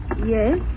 Yes